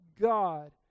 God